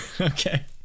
Okay